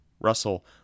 Russell